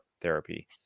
therapy